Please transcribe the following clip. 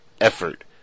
effort